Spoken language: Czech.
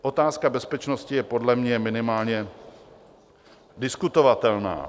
Otázka bezpečnosti je podle mě minimálně diskutovatelná.